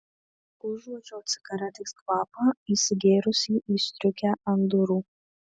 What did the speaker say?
užuodžiau cigaretės kvapą įsigėrusį į striukę ant durų